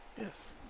Yes